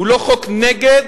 הוא לא חוק נגד,